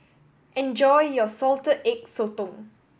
enjoy your Salted Egg Sotong